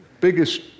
biggest